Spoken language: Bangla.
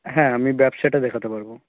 হ্যাঁ আমি ব্যবসাটা দেখাতে পারব